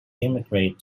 emigrate